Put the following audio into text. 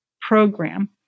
program